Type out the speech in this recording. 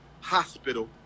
Hospital